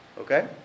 Okay